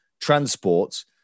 transport